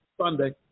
Sunday